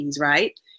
right